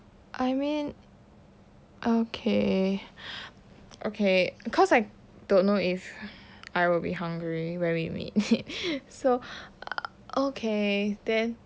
I mean okay okay cause I don't know if I will be hungry when we meet so okay then